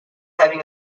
having